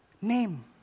name